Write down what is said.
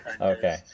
okay